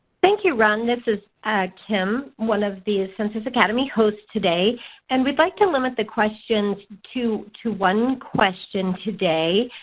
thank you ron this is kim one of the census academy hosts today and we'd like to limit the question to to one question today.